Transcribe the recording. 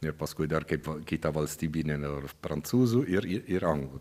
ir paskui dar kaip kitą valstyę na ir prancūzų ir ir anglų